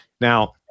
Now